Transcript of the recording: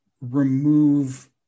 remove